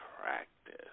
practice